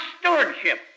stewardship